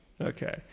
Okay